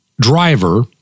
driver